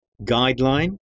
guideline